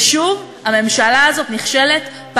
ושוב הממשלה הזאת נכשלת,